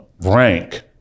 rank